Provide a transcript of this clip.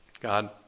God